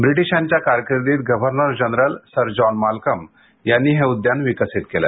ब्रिटिशांच्या कारकीर्दीत governor general sir John Malcolm यांनी हे उद्यान विकसित केले